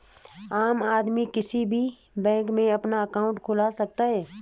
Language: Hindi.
आम आदमी किसी भी बैंक में अपना अंकाउट खुलवा सकता है